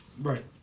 Right